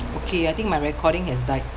okay I think my recording has died